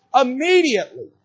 immediately